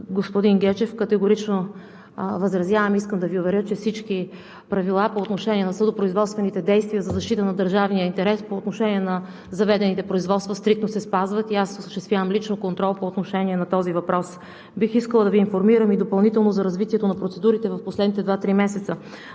господин Гечев, категорично възразявам. Искам да Ви уверя, че всички правила по отношение на съдопроизводствените действия за защита на държавния интерес по отношение на заведените производства стриктно се спазват и аз лично осъществявам контрол по отношение на този въпрос. Бих искала допълнително да Ви информирам и за развитието на процедурите в последните два-три месеца.